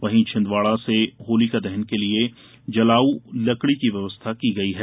वहीं छिन्दवाड़ा में होलिका दहन के लिए जलाऊ लकड़ी की व्यवस्था की गई है